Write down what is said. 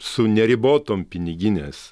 su neribotom piniginės